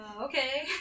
okay